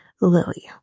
Lily